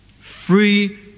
Free